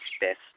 best